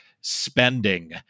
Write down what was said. spending